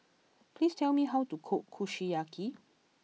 please tell me how to cook Kushiyaki